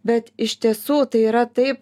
bet iš tiesų tai yra taip